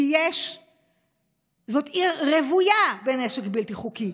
כי זו עיר רוויה בנשק בלתי חוקי.